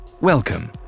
welcome